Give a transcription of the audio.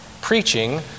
preaching